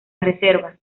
reserva